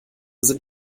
sind